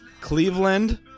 Cleveland